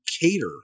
cater